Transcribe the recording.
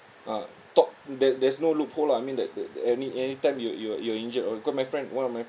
ah talk there there's no loophole lah I mean that that any anytime you you're you're injured or cause my friend one of my